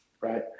right